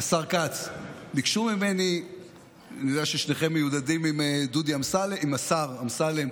השר כץ, אני יודע ששניכם מיודדים עם השר אמסלם,